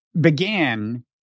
began